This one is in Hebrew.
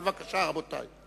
בבקשה, רבותי.